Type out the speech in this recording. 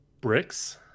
Bricks